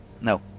No